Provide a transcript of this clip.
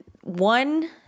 one